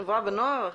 חברה ונוער.